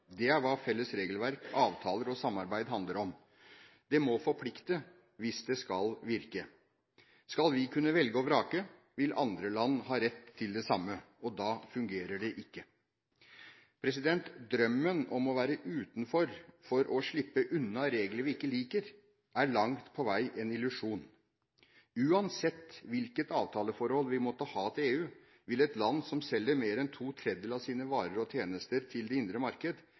Det er hva felles regelverk, avtaler og samarbeid handler om. Det må forplikte hvis det skal virke. Skal vi kunne velge og vrake, vil andre land ha rett til det samme, og da fungerer det ikke. Drømmen om å være utenfor for å slippe unna regler vi ikke liker, er langt på vei en illusjon. Uansett hvilket avtaleforhold vi måtte ha til EU, vil et land som selger mer enn to tredjedeler av sine varer og tjenester til det indre marked,